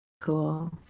cool